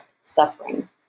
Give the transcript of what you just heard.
suffering